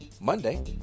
Monday